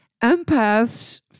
empaths